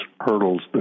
hurdles